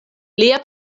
lia